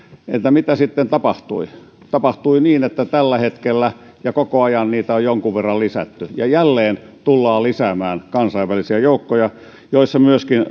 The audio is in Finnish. mitä sitten tapahtui tapahtui niin että tällä hetkellä ja koko ajan niitä on jonkun verran lisätty ja jälleen tullaan lisäämään kansainvälisiä joukkoja ja myöskin